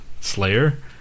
Slayer